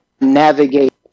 navigate